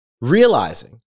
realizing